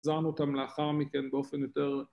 ‫החזרנו אותם לאחר מכן באופן יותר...